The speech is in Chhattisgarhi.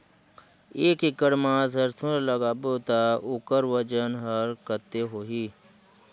एक एकड़ मा सरसो ला लगाबो ता ओकर वजन हर कते होही?